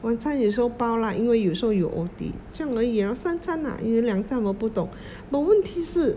晚餐有时候包 lah 因为有时候有 O_T 这样而已三餐 lah 有两餐我们不懂 but 问题是